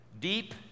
Deep